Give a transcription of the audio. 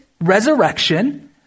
resurrection